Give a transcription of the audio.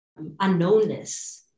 unknownness